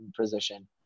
position